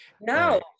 no